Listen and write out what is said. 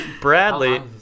Bradley